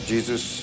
Jesus